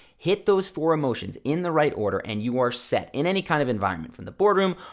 hit those four emotions in the right order and you are set in any kind of environment, from the boardroom,